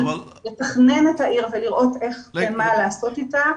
לתכנן את העיר ולראות איך ומה לעשות איתה.